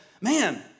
Man